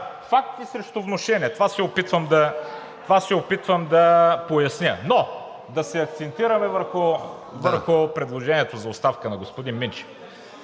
факти срещу внушения, това се опитвам да поясня. Но да акцентираме върху предложението за оставка на господин Минчев.